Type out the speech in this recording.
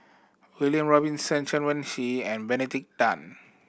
William Robinson Chen Wen Hsi and Benedict Tan